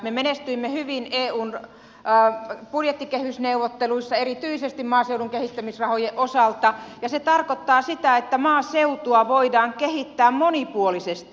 me menestyimme hyvin eun budjettikehysneuvotteluissa erityisesti maaseudun kehittämisrahojen osalta ja se tarkoittaa sitä että maaseutua voidaan kehittää monipuolisesti